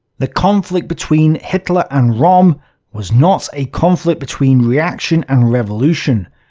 the conflict between hitler and rohm was not a conflict between reaction and revolution,